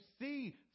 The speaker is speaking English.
see